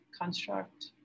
construct